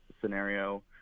scenario